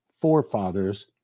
forefathers